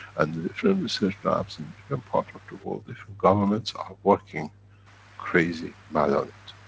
and the different research labs in different part of the world, different governments are working crazy, mad on it.